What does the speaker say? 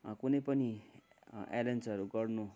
कुनै पनि एरेन्जहरू गर्नु